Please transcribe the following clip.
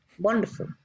Wonderful